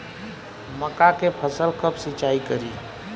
मका के फ़सल कब सिंचाई करी?